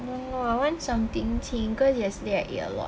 don't know I want something 清 cause yesterday I eat a lot